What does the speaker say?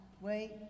wait